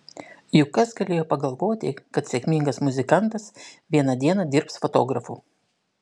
juk kas galėjo pagalvoti kad sėkmingas muzikantas vieną dieną dirbs fotografu